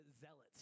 Zealots